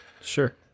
Sure